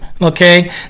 okay